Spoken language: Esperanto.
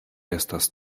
estas